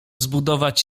zbudować